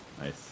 Nice